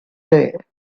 day